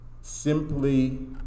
simply